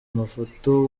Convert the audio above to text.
mafoto